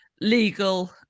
legal